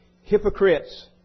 hypocrites